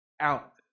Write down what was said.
out